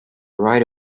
right